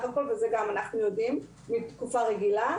הכול - ואת זה אנחנו יודעים בתקופה רגילה.